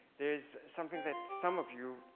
there is something that some of you,